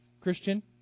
christian